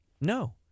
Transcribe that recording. No